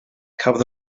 cafodd